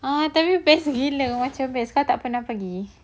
ah I tell you best gila macam best kau tak pernah pergi